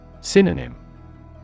Synonym